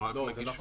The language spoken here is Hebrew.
רק נגישות.